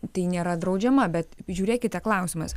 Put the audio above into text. tai nėra draudžiama bet žiūrėkite klausimas